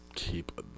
keep